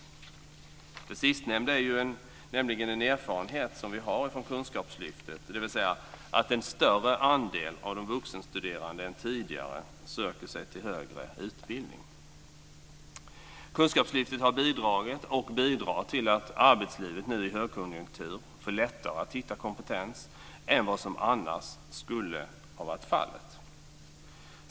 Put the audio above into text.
Det sistnämnda är nämligen en erfarenhet som vi har från Kunskapslyftet, dvs. att en större andel av de vuxenstuderande än tidigare söker sig till högre utbildning. Kunskapslyftet har bidragit och bidrar till att arbetslivet nu i högkonjunktur får det lättare att hitta ny kompetens än vad som annars skulle ha varit fallet.